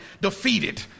defeated